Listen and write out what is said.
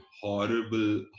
horrible